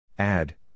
Add